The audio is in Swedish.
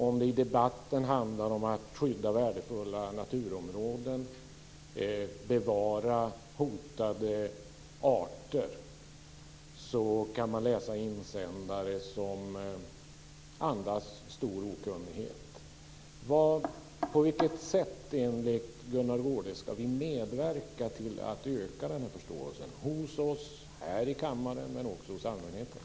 Om debatten handlar om att skydda värdefulla naturområden eller bevara hotade arter kan man läsa insändare som andas stor okunnighet. På vilket sätt, enligt Gunnar Goude, ska vi medverka till att öka den här förståelsen - hos oss här i kammaren, men också hos allmänheten?